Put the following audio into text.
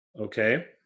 Okay